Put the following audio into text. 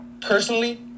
personally